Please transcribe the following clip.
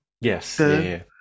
Yes